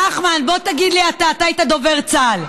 נחמן, בוא תגיד לי אתה, אתה היית דובר צה"ל: